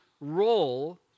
role